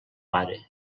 pare